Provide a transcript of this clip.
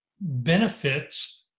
Benefits